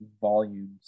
volumes